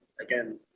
again